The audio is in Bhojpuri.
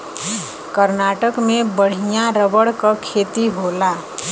कर्नाटक में बढ़िया रबर क खेती होला